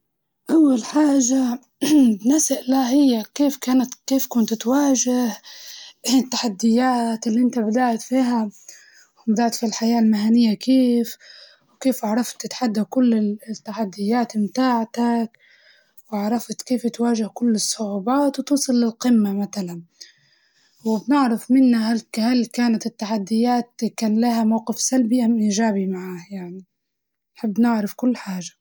أول حاجة نسأله هي كيف كانت كيف كنت تواجه تحديات اللي أنت بدأت فيها؟ وبدأت في الحياة المهنية كيف؟ وكيف عرفت تتحدى كل ال- التحديات متاعتك؟ وعرفت كيف تواجه كل الصعوبات وتوصل للقمة متلاً؟ وبنعرف منه هل هل كانت التحديات كان لها موقف سلبي أم إيجابي معاه يعني، نحب نعرف كل حاجة.